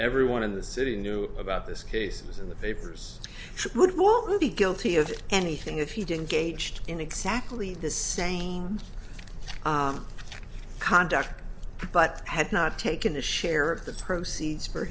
everyone in the city knew about this cases in the papers would well be guilty of anything if he didn't gauged in exactly the same conduct but had not take in a share of the proceeds for